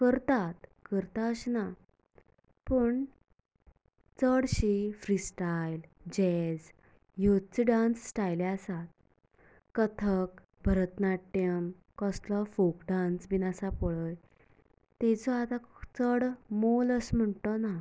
करतात करता अशें ना पूण चडशे फ्री स्टायल जॅझ ह्योच डान्स स्टायली आसा कथक भरतनाट्यम कसलो फोक डान्स बी आसा पळय ताजें आतां चड मोल अशें म्हणटा तें ना